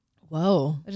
Whoa